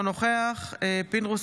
אינו נוכח יצחק פינדרוס,